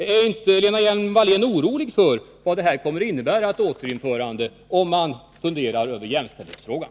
Är inte Lena Hjelm-Wallén orolig för vad ett återinförande kan innebära när det gäller jämställdheten?